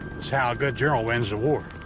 that's how a good general wins a war.